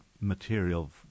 material